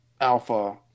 Alpha